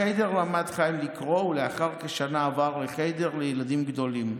בחיידר למד חיים לקרוא ולאחר כשנה עבר לחיידר לילדים גדולים.